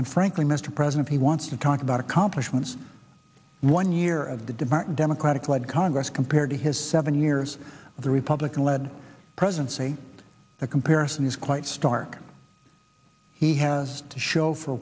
and frankly mr president he wants to talk about accomplishments one year of the departing democratic led congress compared to his seven years of the republican led presidency the comparison is quite stark he has to show for